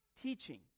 teaching